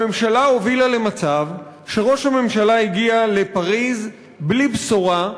הממשלה הובילה למצב שראש הממשלה הגיע לפריז בלי בשורה,